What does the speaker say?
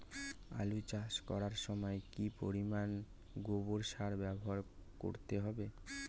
আলু চাষ করার সময় কি পরিমাণ গোবর সার ব্যবহার করতে হবে?